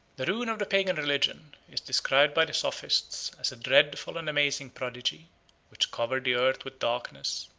the ruin of the pagan religion is described by the sophists as a dreadful and amazing prodigy which covered the earth with darkness,